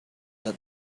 that